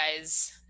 guys